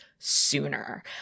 sooner